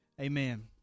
amen